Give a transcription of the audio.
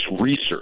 research